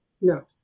No